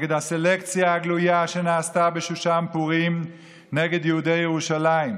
נגד הסלקציה הגלויה שנעשתה בשושן פורים נגד יהודי ירושלים.